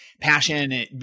passion